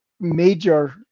major